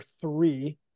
three